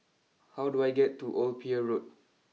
how do I get to Old Pier Road